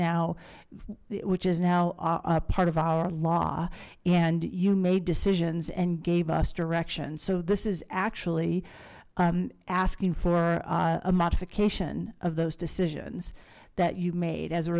now which is now a part of our law and you made decisions and gave us directions so this is actually asking for a modification of those decisions that you made as